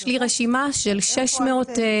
יש לי רשימה של 600 הסכמים.